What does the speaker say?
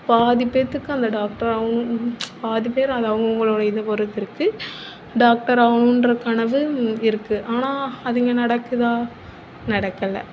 பாதிப்பேருக்கு அந்த டாக்டராகணும் பாதிப்பேர் அதில் அவுங்கவுங்களோடய இதை பொருத்து இருக்குது டாக்டராகணுன்ற கனவு இருக்குது ஆனால் அது இங்கே நடக்குதா நடக்கலை